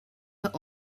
put